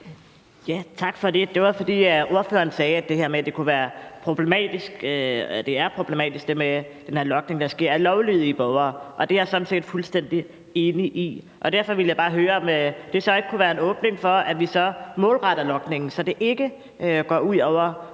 Tak for det. Det var, fordi ordføreren sagde det her med, at det er problematisk med den her logning, der sker af lovlydige borgere, og det er jeg sådan set fuldstændig enig i. Derfor ville jeg bare høre, om det ikke kunne være en åbning for, at vi så målretter logningen, så det ikke går ud over